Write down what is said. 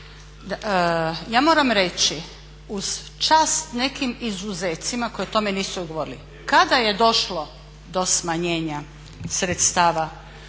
ja moram reći uz čast nekim izuzecima koji o tome nisu govorili, kada je došlo do smanjenja sredstava